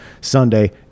Sunday